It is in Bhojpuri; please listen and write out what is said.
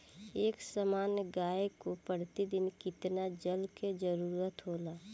एक सामान्य गाय को प्रतिदिन कितना जल के जरुरत होला?